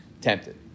tempted